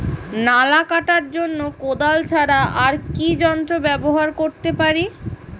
নালা কাটার জন্য কোদাল ছাড়া আর কি যন্ত্র ব্যবহার করতে পারি?